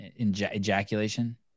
ejaculation